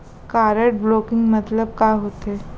Card blocking मतलब का होथे?